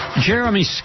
Jeremy